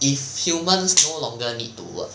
if humans no longer need to work